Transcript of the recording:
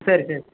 சரி சரி